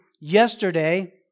yesterday